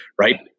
right